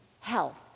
health